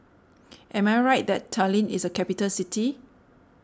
am I right that Tallinn is a capital city